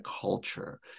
culture